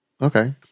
Okay